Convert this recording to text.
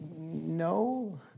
no